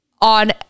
on